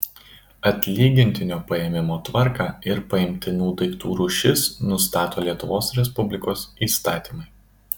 atlygintinio paėmimo tvarką ir paimtinų daiktų rūšis nustato lietuvos respublikos įstatymai